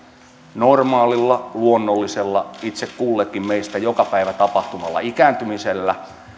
normaalilla luonnollisella itse kullekin meistä joka päivä tapahtuvalla ikääntymisellä